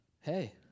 hey